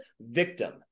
victim